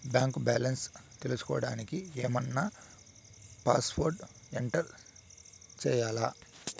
Bank balance తెలుసుకోవడానికి ఏమన్నా password enter చేయాలా?